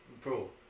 Bro